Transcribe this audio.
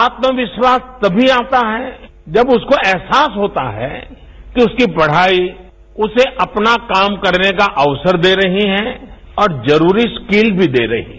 आत्मविश्वास तभी आता है जब उसको एहसास होता है कि उसकी पढ़ाई उसे अपना काम करने का अवसर दे रहे हैं और जरूरी स्किल भी दे रहे हैं